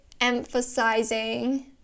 emphasizing